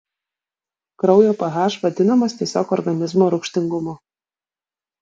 kraujo ph vadinamas tiesiog organizmo rūgštingumu